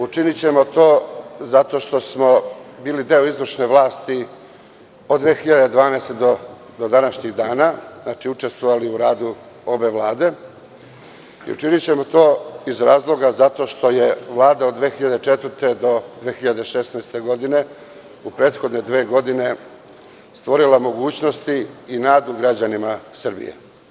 Učinićemo to zato što smo bili i deo izvršne vlasti od 2012. godine do današnjeg dana, znači učestvovali u radu ove Vlade i učinićemo to iz razloga zato što je Vlada od 2014. do 2016. godine, u prethodne dve godine stvorila mogućnosti i nadu građanima Srbije.